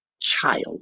child